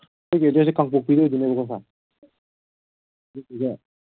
ꯑꯩꯈꯣꯏꯒꯤ ꯑꯦꯗ꯭ꯔꯦꯁꯁꯦ ꯀꯥꯡꯄꯣꯛꯄꯤꯗ ꯑꯣꯏꯗꯣꯏꯅꯦꯕꯀꯣ ꯁꯥꯔ ꯑꯗꯨꯗꯨꯒ